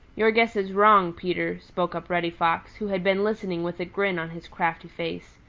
your guess is wrong, peter, spoke up reddy fox, who had been listening with a grin on his crafty face.